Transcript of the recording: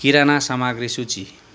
किराना सामग्री सूची